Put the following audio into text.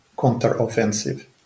counter-offensive